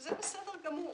שזה בסדר גמור